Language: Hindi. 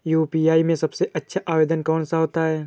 यू.पी.आई में सबसे अच्छा आवेदन कौन सा होता है?